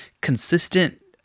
consistent